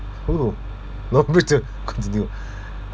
!woo! no need to continue